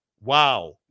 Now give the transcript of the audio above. Wow